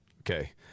Okay